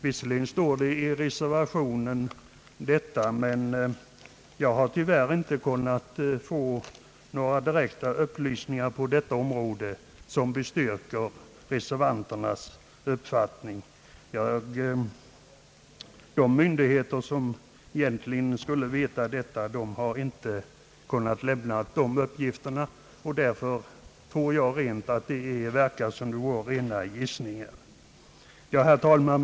Visserligen står detta i reservationen, men jag har tyvärr inte kunnat få några direkta upplysningar på detta område vilka bestyrker reservanternas uppfattning. De myndigheter som egentligen skulle veta detta har inte kunnat lämna några uppgifter. Därför tycker jag att det verkar som om det vore fråga om rena gissningen. Herr talman!